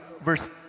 verse